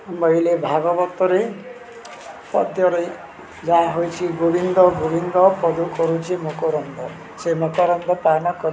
ମହିଲେ ଭାଗବତରେ ପଦ୍ୟରେ ଯାହା ହେଉଛିି ଗୋବିନ୍ଦ ଗୋବିନ୍ଦ ପଦୁ କରୁଛି ମକରନ୍ଦ ସେ ମକରନ୍ଦ ପାନ କର